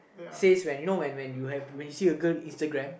says when you know when when you have you see a girl Instagram